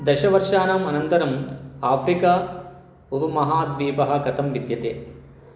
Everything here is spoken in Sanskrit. दशवर्षाणाम् अनन्तरम् आफ़्रिका उपमहाद्वीपः कथं विद्यते